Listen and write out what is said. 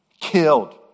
killed